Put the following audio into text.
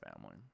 family